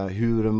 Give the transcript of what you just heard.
hur